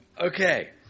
Okay